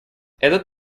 этот